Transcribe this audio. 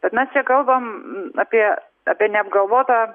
bet mes čia kalbam apie apie neapgalvotą